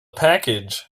package